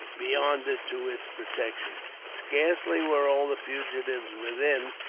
beyond it to its protection. scarcely were all the fugitives within,